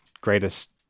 greatest